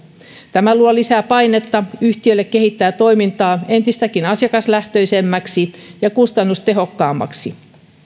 tämä luo lisää painetta yhtiölle kehittää toimintaa entistäkin asiakaslähtöisemmäksi ja kustannustehokkaammaksi